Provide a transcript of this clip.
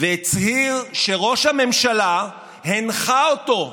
והצהיר שראש הממשלה הנחה אותו,